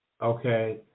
Okay